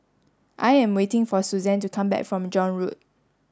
I am waiting for Suzan to come back from John Road